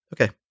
Okay